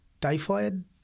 typhoid